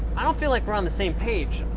i don't feel like we're on the same page.